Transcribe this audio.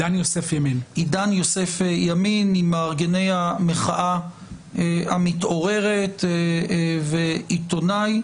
עידן יוסף ימין ממארגני המחאה המתעוררת ועיתונאי,